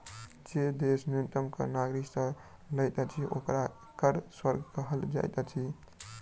जे देश न्यूनतम कर नागरिक से लैत अछि, ओकरा कर स्वर्ग कहल जाइत अछि